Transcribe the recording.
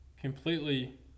completely